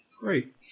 Great